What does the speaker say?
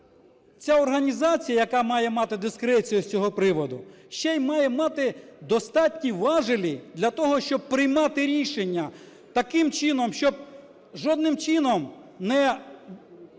ця організація, яка має мати дискрецію з цього приводу, ще й має мати остатні важелі для того, щоб приймати рішення таким чином, щоб жодним чином не